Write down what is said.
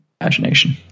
imagination